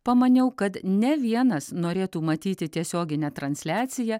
pamaniau kad ne vienas norėtų matyti tiesioginę transliaciją